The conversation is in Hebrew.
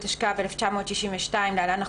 התשכ"ב 1962‏ (להלן,